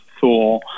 Thor